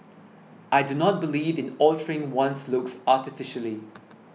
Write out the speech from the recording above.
I do not believe in altering one's looks artificially